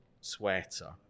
sweater